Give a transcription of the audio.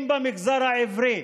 אם במגזר העברי